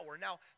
Now